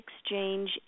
exchange